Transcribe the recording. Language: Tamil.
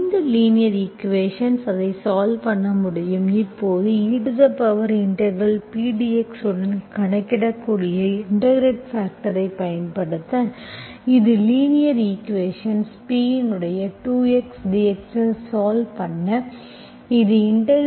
இந்த லீனியர் ஈக்குவேஷன் அதை சால்வ் பண்ண முடியும் இப்போது eP dx உடன் கணக்கிடக்கூடிய இன்டெகிரெட்பாக்டர்ஐப் பயன்படுத்த இது லீனியர் ஈக்குவேஷன் P இன் 2x dx சால்வ் பண்ண இதுI